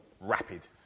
rapid